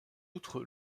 outre